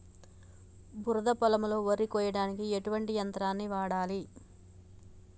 బురద పొలంలో వరి కొయ్యడానికి ఎటువంటి యంత్రాన్ని వాడాలి?